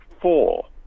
four